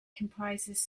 comprises